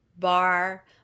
bar